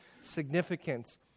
significance